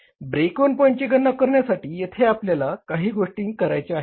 break even पॉईंटची गणना करण्यासाठी येथे आपल्याला काही गोष्टीने करायच्या आहेत